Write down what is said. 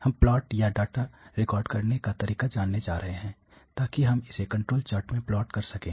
हम प्लॉट या data record करने का तरीका जानने जा रहे हैं ताकि हम इसे कंट्रोल चार्ट में प्लॉट कर सकें